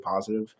positive